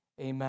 Amen